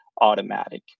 automatic